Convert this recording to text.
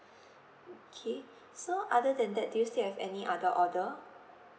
okay so other than that do you still have any other order